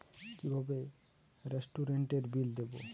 কিভাবে রেস্টুরেন্টের বিল দেবো?